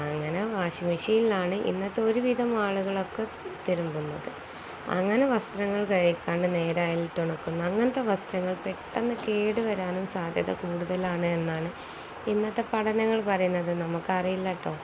അങ്ങനെ വാഷിംഗ് മെഷീനിലാണ് ഇന്നത്തെ ഒരുവിധം ആളുകളൊക്കെ തിരുമ്പുന്നത് അങ്ങനെ വസ്ത്രങ്ങൾ കഴുകിയശേഷം നേരെ അയയിൽ ഇട്ടുണക്കുന്നു അങ്ങനത്തെ വസ്ത്രങ്ങൾ പെട്ടെന്നു കേടു വരാനും സാധ്യത കൂടുതലാണ് എന്നാണ് ഇന്നത്തെ പഠനങ്ങൾ പറയുന്നത് നമുക്കറിയില്ലാട്ടോ